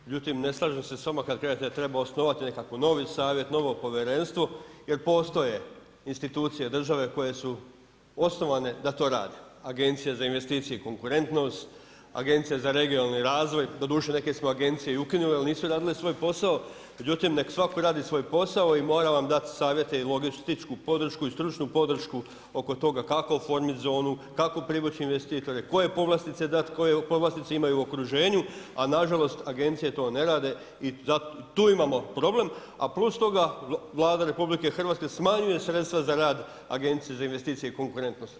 Međutim ne slažem s vama kad kažete da treba osnovati nekakav novi savjet, novo povjerenstvo jer postoje institucije države koje su osnovane da to rade, Agencija za investicije i konkurentnost, Agencija za regionalni razvoj, doduše neke su agencije i ukinute jer nisu radile svoj posao, međutim nek' svako radi svoj posao i mora vam dati savjete i logističku podršku i stručnu podršku oko toga kako oformit zonu, kako privuć investitore, koje povlastice dat, koje povlastice imaju u okruženju, a nažalost agencije to ne rade i tu imamo problem. a plus toga Vlada RH smanjuje sredstva za rad Agencije za investicije i konkurentnost.